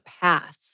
path